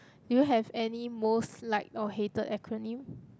do you have any most liked or hated acronym